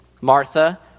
Martha